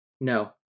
No